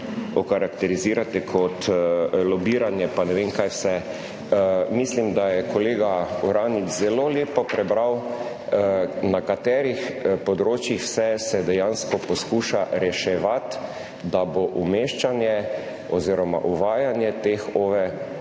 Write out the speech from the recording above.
okarakterizirali kot lobiranje in ne vem kaj vse. Mislim, da je kolega Uranič zelo lepo prebral, na katerih vse področjih se dejansko poskuša reševati, da bo umeščanje oziroma uvajanje teh objektov